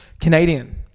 Canadian